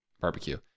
barbecue